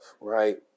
right